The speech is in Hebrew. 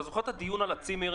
אתה זוכר את הדיון על הצימרים.